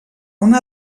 una